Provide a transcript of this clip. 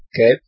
Okay